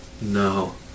no